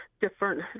different